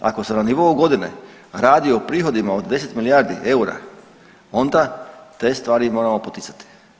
Ako se na nivou godine radi o prihodima od 10 milijardi eura onda te stvari moramo poticati.